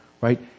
right